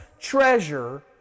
treasure